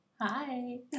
Hi